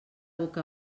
boca